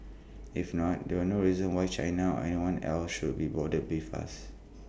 if not there's no reason why China or anyone else should be bothered with us